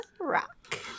rock